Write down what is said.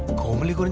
komali!